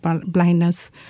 blindness